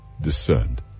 discerned